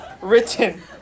written